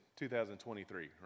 2023